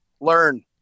Learn